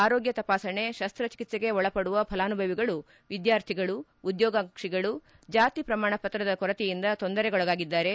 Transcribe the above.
ಆರೋಗ್ಯ ತಪಾಸಣೆ ಶಸ್ತ ಚಿಕಿತ್ಸೆಗೆ ಒಳಪಡುವ ಫಲಾನುಭವಿಗಳು ವಿದ್ವಾರ್ಥಿಗಳು ಉದ್ಯೋಗಾಕಾಂಕ್ಷಿಗಳು ಜಾತಿ ಪ್ರಮಾಣ ಪತ್ರದ ಕೊರತೆಯಿಂದ ತೊಂದರೆಗೊಳಗಾಗಿದ್ದಾರೆ